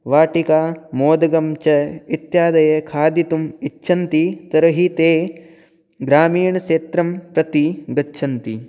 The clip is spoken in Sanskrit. वाटिका मोदकञ्च इत्यादयः खादितुम् इच्छन्ति तर्हि ते ग्रामीणक्षेत्रं प्रति गच्छन्ति